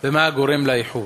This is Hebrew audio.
2. מה הוא הגורם לאיחורים?